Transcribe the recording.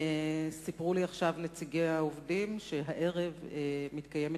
סיפרו לי עכשיו נציגי העובדים שהערב מתקיימת